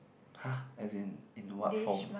[huh] as in in what form